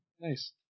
Nice